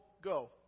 go